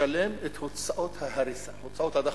לשלם את הוצאות ההריסה, הוצאות הדחפור.